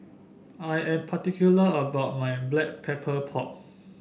I am particular about my Black Pepper Pork